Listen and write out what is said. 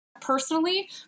Personally